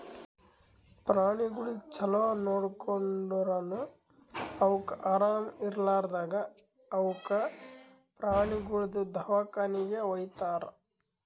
ಪ್ರಾಣಿಗೊಳಿಗ್ ಛಲೋ ನೋಡ್ಕೊಂಡುರನು ಅವುಕ್ ಆರಾಮ ಇರ್ಲಾರ್ದಾಗ್ ಅವುಕ ಪ್ರಾಣಿಗೊಳ್ದು ದವಾಖಾನಿಗಿ ವೈತಾರ್